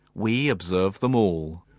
we observe them all.